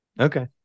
Okay